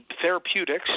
therapeutics